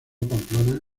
pamplona